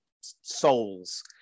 souls